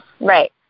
right